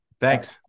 Thanks